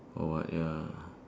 oh what ya